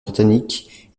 britannique